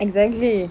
exactly